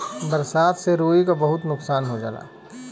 बरसात से रुई क बहुत नुकसान हो जाला